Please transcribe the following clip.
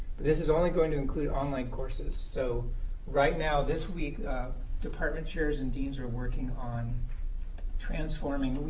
this is only going to include online courses, so right now this week, department chairs and deans are working on transforming